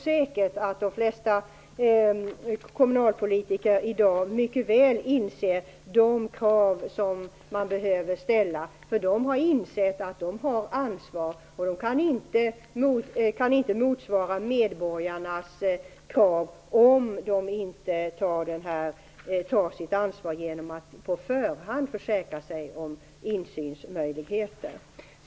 De flesta kommunalpolitiker vet säkert mycket väl vilka krav som måste ställas. De har insett att de har ett ansvar, och de kan inte leva upp till medborgarnas krav om de inte tar sitt ansvar genom att på förhand försäkra sig om insynsmöjligheter.